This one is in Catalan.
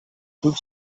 club